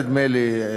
נדמה לי,